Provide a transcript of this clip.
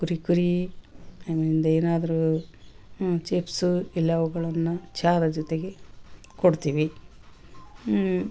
ಕುರಿ ಕುರೀ ಹಂಗಿಂದು ಏನಾದರೂ ಚಿಪ್ಸು ಎಲ್ಲವುಗಳನ್ನ ಚಾದ ಜೊತೆಗೆ ಕೊಡ್ತೀವಿ